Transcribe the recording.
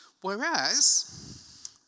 Whereas